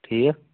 ٹھیٖک